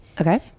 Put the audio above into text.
Okay